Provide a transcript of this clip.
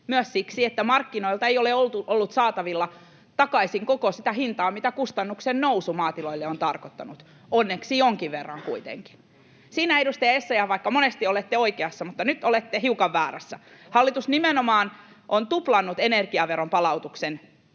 myös siksi, että markkinoilta ei ole ollut saatavilla takaisin koko sitä hintaa, mitä kustannusten nousu maatiloille on tarkoittanut — onneksi jonkin verran kuitenkin. Siinä edustaja Essayah, vaikka monesti olette oikeassa, olette nyt hiukan väärässä. Hallitus nimenomaan on tuplannut energiaveron palautuksen